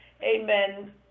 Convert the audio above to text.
Amen